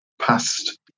past